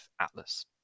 Atlas